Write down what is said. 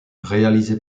réalisé